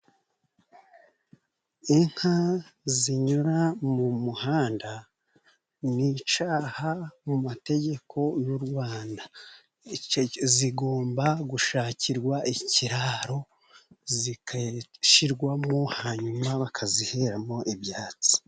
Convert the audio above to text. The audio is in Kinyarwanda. Inka zinyura mu muhanda, ni icyaha mu mategeko y'u Rwanda, zigomba gushakirwa ikiraro zigashyirwamo hanyuma bakaziheramo ibyatsi.